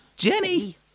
Jenny